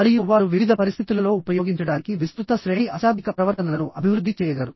మరియు వారు వివిధ పరిస్థితులలో ఉపయోగించడానికి విస్తృత శ్రేణి అశాబ్దిక ప్రవర్తనలను అభివృద్ధి చేయగలరు